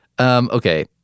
Okay